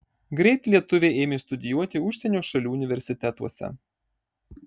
greit lietuviai ėmė studijuoti užsienio šalių universitetuose